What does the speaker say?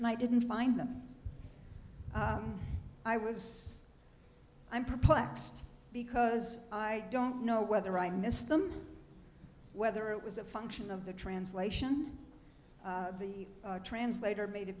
and i didn't find them i was i'm perplexed because i don't know whether i missed them whether it was a function of the translation the translator made it